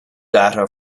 data